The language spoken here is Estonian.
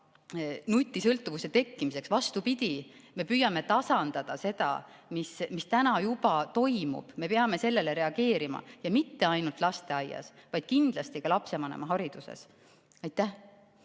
kaasa nutisõltuvuse tekkimisele. Vastupidi, me püüame tasandada seda, mis täna juba toimub. Me peame sellele reageerima, ja mitte ainult lasteaias, vaid kindlasti ka lapsevanema hariduses. Aitäh!